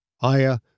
Aya